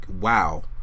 wow